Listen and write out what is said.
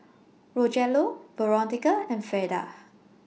Rogelio Veronica and Fleda